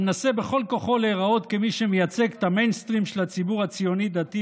המנסה בכל כוחו להיראות כמי שמייצג את המיינסטרים של הציבור הציוני-דתי,